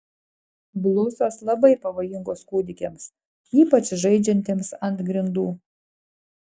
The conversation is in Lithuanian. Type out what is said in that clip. blusos labai pavojingos kūdikiams ypač žaidžiantiems ant grindų